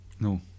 No